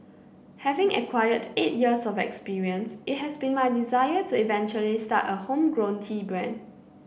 having acquired eight years of experience it has been my desire to eventually start a homegrown tea brand